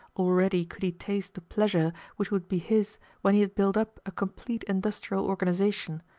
already could he taste the pleasure which would be his when he had built up a complete industrial organisation,